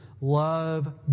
Love